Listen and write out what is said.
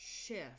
shift